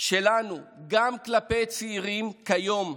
שלנו גם כלפי צעירים כיום,